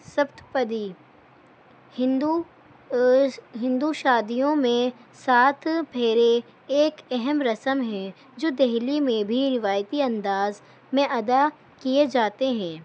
سبتپدی ہندو ہندو شادیوں میں سات پھیرے ایک اہم رسم ہیں جو دہلی میں بھی روایتی انداز میں ادا کیے جاتے ہیں